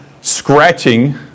scratching